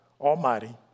Almighty